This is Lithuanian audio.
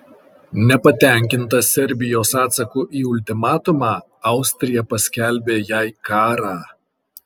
nepatenkinta serbijos atsaku į ultimatumą austrija paskelbė jai karą